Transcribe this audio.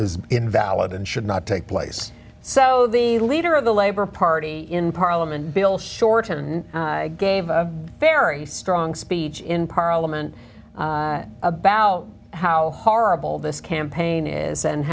is invalid and should not take place so the leader of the labor party in parliament bill shorten gave a very strong speech in parliament about how horrible this campaign is and